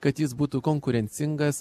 kad jis būtų konkurencingas